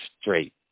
straight